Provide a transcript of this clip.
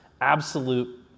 absolute